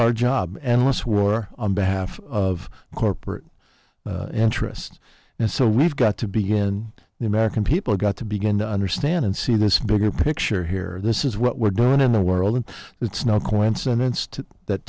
our job endless war on behalf of corporate interests and so we've got to begin the american people got to begin to understand and see this bigger picture here this is what we're doing in the world and it's no coincidence t